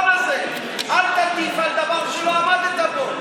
אל תגיד על דבר שלא עמדת בו.